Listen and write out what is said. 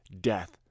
death